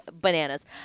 bananas